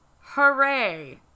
Hooray